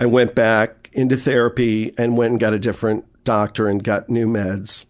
i went back into therapy, and went and got a different doctor and got new meds.